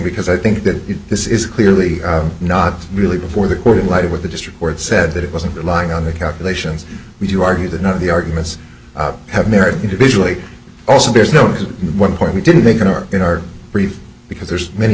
because i think that this is clearly not really before the court in light of what the district court said that it wasn't relying on the calculations would you argue that none of the arguments have merit individually also there's no one point we didn't make in our in our brief because there's many